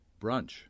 Brunch